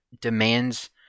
demands